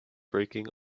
breaking